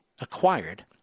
acquired